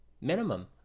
minimum